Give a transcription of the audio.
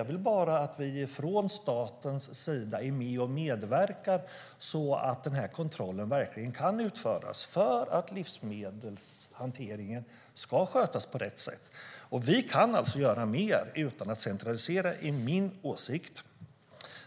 Jag vill bara att vi från statens sida är med och medverkar till att kontrollen verkligen kan utföras för att livsmedelshanteringen ska skötas på rätt sätt. Vi kan alltså göra mer utan att centralisera - det är min åsikt